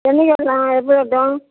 என்றைக்கி வரலாம் எப்போ வரட்டும்